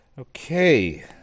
Okay